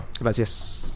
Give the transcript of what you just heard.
Gracias